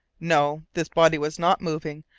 no! this body was not moving,